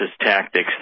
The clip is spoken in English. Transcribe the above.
tactics